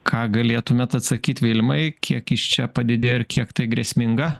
ką galėtumėt atsakyt vilmai kiek jis čia padidėjo ir kiek tai grėsminga